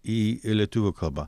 į lietuvių kalbą